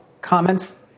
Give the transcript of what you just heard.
comments